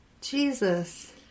Jesus